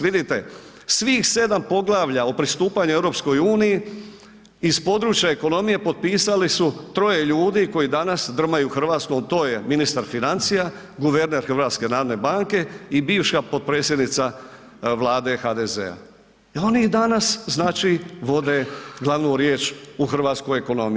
Vidite, svih sedam poglavlja o pristupanju EU iz područja ekonomije potpisali su troje ljudi koji danas drmaju Hrvatskom, to je ministar financija, guverner HNB-a i bivša potpredsjednica Vlade HDZ-a, oni i danas vode glavnu riječ u hrvatskoj ekonomiji.